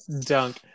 dunk